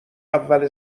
اول